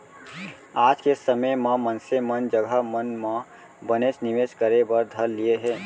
आज के समे म मनसे मन जघा मन म बनेच निवेस करे बर धर लिये हें